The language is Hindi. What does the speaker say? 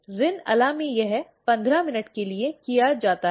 रिन अला में यह 15 मिनट के लिए किया जाता है